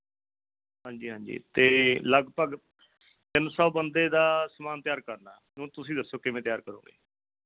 ਹਾਂਜੀ ਹਾਂਜੀ ਅਤੇ ਲਗਭਗ ਤਿੰਨ ਸੌ ਬੰਦੇ ਦਾ ਸਮਾਨ ਤਿਆਰ ਕਰਨਾ ਹੁਣ ਤੁਸੀਂ ਦੱਸੋ ਕਿਵੇਂ ਤਿਆਰ ਕਰੋਗੇ